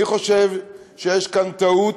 אני חושב שיש כאן טעות,